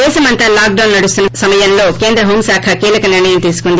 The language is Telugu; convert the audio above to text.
దేశమంతా లాక్ డౌన్ నడుస్తున్న సమయంలో కేంద్ర హోంశాఖ కీలక నిర్ణయం తీసుకుంది